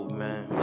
man